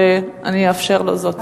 ואני אאפשר לו זאת.